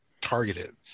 targeted